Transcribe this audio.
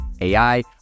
AI